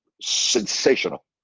sensational